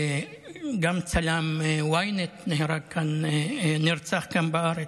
וגם צלם ynet נרצח כאן בארץ,